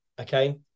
Okay